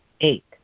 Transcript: Eight